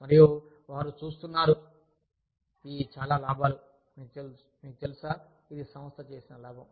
మరియు వారు చూస్తున్నారు ఈ చాలా లాభాలు మీకు తెలుసా ఇది సంస్థ చేసిన లాభం